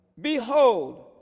Behold